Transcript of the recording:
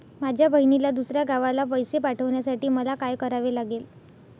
माझ्या बहिणीला दुसऱ्या गावाला पैसे पाठवण्यासाठी मला काय करावे लागेल?